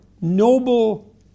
noble